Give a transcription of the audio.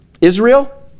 Israel